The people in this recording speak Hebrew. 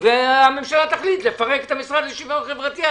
והממשלה תחליט לפרק את המשרד לשוויון חברתי?